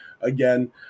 again